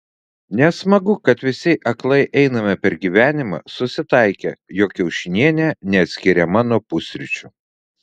nesmagu kad visi aklai einame per gyvenimą susitaikę jog kiaušinienė neatskiriama nuo pusryčių